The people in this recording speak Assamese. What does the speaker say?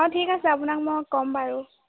অ ঠিক আছে আপোনাক মই ক'ম বাৰু